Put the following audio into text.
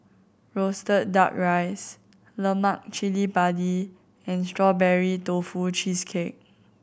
roasted Duck Rice lemak cili padi and Strawberry Tofu Cheesecake